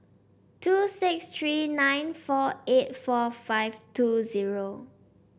two six three nine four eight four five two zero